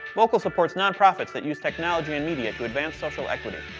voqal supports nonprofits that use technology and media to advance social equity.